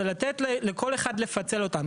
זה לתת לכל אחד לפצל אותם.